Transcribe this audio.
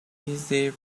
easy